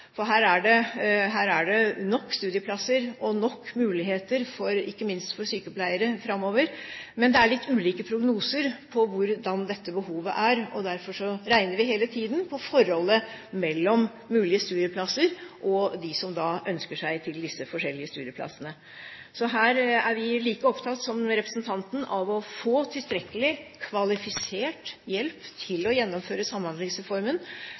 Her er det nok studieplasser og nok muligheter ikke minst for sykepleiere framover. Men det er litt ulike prognoser for hvordan dette behovet er. Derfor regner vi hele tiden på forholdet mellom mulige studieplasser og dem som ønsker seg til de forskjellige studieplassene. Vi er like opptatt som representanten av å få tilstrekkelig kvalifisert hjelp til å gjennomføre Samhandlingsreformen